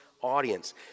audience